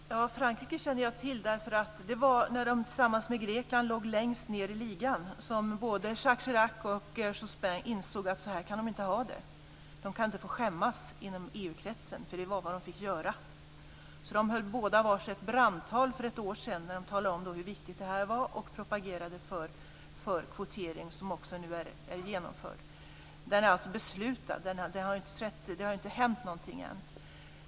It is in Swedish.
Herr talman! Exemplet Frankrike känner jag till. Det var när Frankrike tillsammans med Grekland låg längst ned i ligan som både Jacques Chirac och Jospin insåg att så här kunde de inte ha det. De skulle inte behöva skämmas inom EU-kretsen, för det var vad de fick göra. Därför höll båda var sitt brandtal för ett år sedan då de talade om hur viktigt detta var och propagerade för kvotering, som nu också är genomförd. Den är alltså beslutad, men det har inte hänt något ännu.